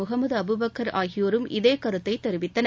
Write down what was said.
முகமது அபுபக்கர் ஆகியோரும் இதே கருத்தை தெரிவித்தனர்